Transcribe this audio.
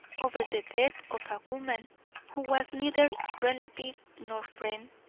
over the death of a woman who was neither relative nor friend,